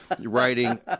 writing